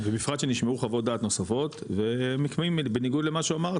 ובפרט שנשמעו חוות דעת נוספות ובניגוד למה שהוא אמר,